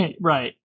Right